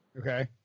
Okay